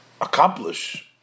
accomplish